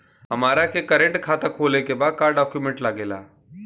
हमारा के करेंट खाता खोले के बा का डॉक्यूमेंट लागेला?